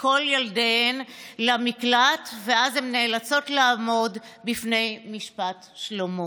כל ילדיהן למקלט ואז הן נאלצות לעמוד במשפט שלמה.